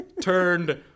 turned